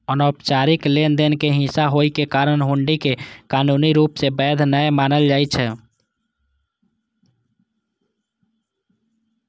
अनौपचारिक लेनदेन के हिस्सा होइ के कारण हुंडी कें कानूनी रूप सं वैध नै मानल जाइ छै